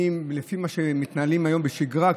לפי מה שמתנהלים היום בשגרה,